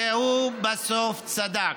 והוא בסוף צדק.